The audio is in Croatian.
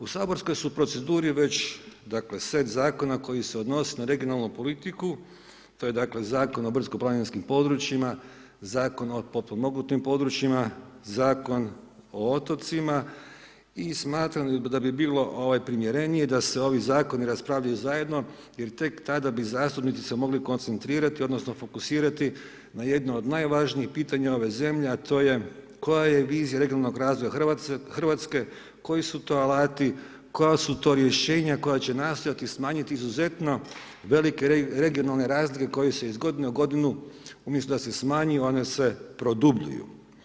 U saborskoj su proceduri već, dakle, set Zakona koji se odnose na regionalnu politiku, to je dakle Zakon o brdsko planinskim područjima, Zakon o potpomognutim područjima, Zakon o otocima, i smatram da bi bilo primjerenije da se ovi Zakoni raspravljaju zajedno jer tek tada bi zastupnici se mogli koncentrirati, odnosno fokusirati na jedno od najvažnijih pitanja ove zemlje, a to je koja je vizija regionalnog razvoja Hrvatske, koji su to alati, koja su to rješenja koja će nastojati smanjiti izuzetno velike regionalne razlike koje se iz godine u godinu, umjesto da se smanji, one se produbljuju.